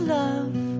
love